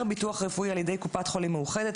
ביטוח רפואי על ידי קופת חולים מאוחדת,